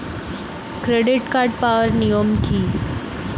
Credit card পাওয়ার নিয়ম কী?